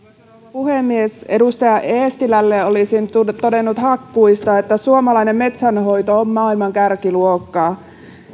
puhemies edustaja eestilälle olisin todennut hakkuista että suomalainen metsänhoito on maailman kärkiluokkaa